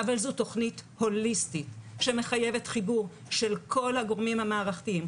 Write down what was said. אבל זו תוכנית הוליסטית שמחייבת חיבור של כל הגורמים המערכתיים,